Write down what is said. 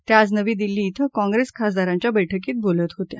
त्या आज नवी दिल्ली कें काँग्रेस खासदारांच्या बैठकीत बोलत होत्या